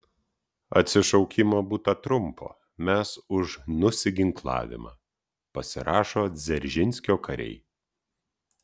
atsišaukimo būta trumpo mes už nusiginklavimą pasirašo dzeržinskio kariai